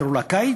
קראו לה קי"ץ,